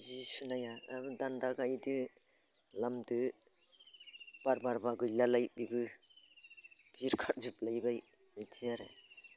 जि सुनाया दान्दा गायदो लामदो बार बारोबा गैलालाय बेबो बिरखारजोबलायबाय बिदि आरो